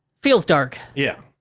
feels dark. yeah.